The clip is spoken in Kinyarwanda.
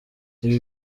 ibi